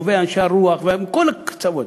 טובי אנשי הרוח ומכל הקצוות,